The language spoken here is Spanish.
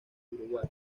uruguay